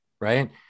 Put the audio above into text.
right